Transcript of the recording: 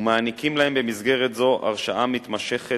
ומעניקים להם במסגרת זו הרשאה מתמשכת